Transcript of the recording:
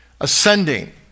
ascending